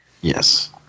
Yes